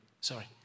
sorry